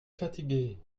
fatigué